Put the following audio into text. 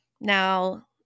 now